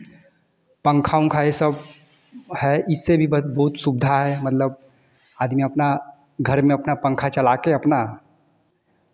पंखा उंखा ये सब है इससे भी बहुत सुविधा है मतलब आदमी अपना घर में अपना पंखा चला के अपना